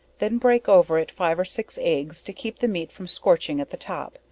then break over it five or six eggs to keep the meat from scorching at the top,